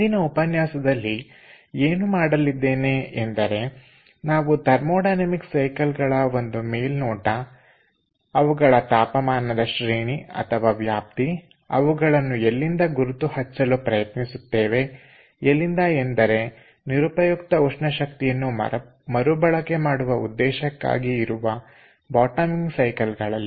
ಇಂದಿನ ಉಪನ್ಯಾಸದಲ್ಲಿ ಏನು ಮಾಡಲಿದ್ದೇವೆ ಎಂದರೆ ನಾವು ಥರ್ಮೊಡೈನಮಿಕ್ ಸೈಕಲ್ ಗಳ ಒಂದು ಮೇಲ್ನೋಟ ಅವುಗಳ ತಾಪಮಾನದ ಶ್ರೇಣಿ ವ್ಯಾಪ್ತಿ ಅವುಗಳನ್ನು ಎಲ್ಲಿಂದ ಗುರುತು ಹಚ್ಚಲು ಪ್ರಯತ್ನಿಸುತ್ತೇವೆ ಎಲ್ಲಿಂದ ಎಂದರೆ ನಿರುಪಯುಕ್ತ ಉಷ್ಣ ಶಕ್ತಿಯನ್ನು ಮರುಬಳಕೆ ಮಾಡುವ ಉದ್ದೇಶಕ್ಕಾಗಿ ಇರುವ ಬಾಟಮಿಂಗ್ ಸೈಕಲ್ ಗಳಲ್ಲಿ